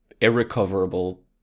irrecoverable